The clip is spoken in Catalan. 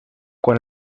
quan